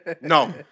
No